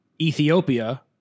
Ethiopia